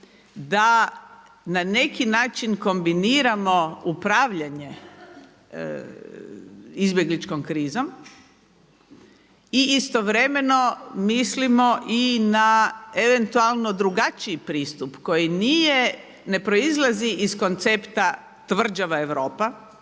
da na neki način kombiniramo upravljanje izbjegličkom krizom i istovremeno mislimo i na eventualno drugačiji pristup koji nije, ne proizlazi iz koncepta tvrđava Europa,